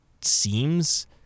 seems